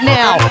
now